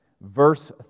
verse